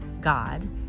god